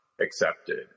accepted